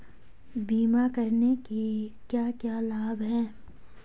बीमा करने के क्या क्या लाभ हैं?